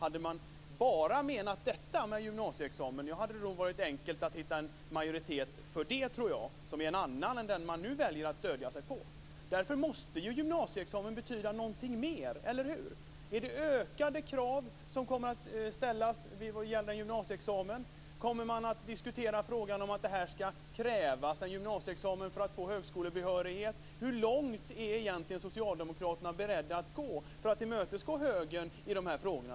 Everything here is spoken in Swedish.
Om man bara hade menat detta med en gymnasieexamen tror jag att det hade varit enkelt att hitta en majoritet som är en annan än den som man nu väljer att stödja sig på. Men en gymnasieexamen måste betyda någonting mer, eller hur? Kommer det att ställas ökade krav när det gäller gymnasieexamen? Kommer man att diskutera frågan om att det skall krävas en gymnasieexamen för att eleverna skall få högskolebehörighet? Hur långt är egentligen socialdemokraterna beredda att gå för att tillmötesgå högern i dessa frågor?